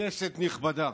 כנסת נכבדה,